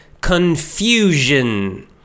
Confusion